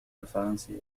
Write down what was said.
الفرنسية